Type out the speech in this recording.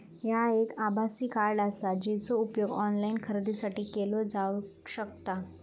ह्या एक आभासी कार्ड आसा, जेचो उपयोग ऑनलाईन खरेदीसाठी केलो जावक शकता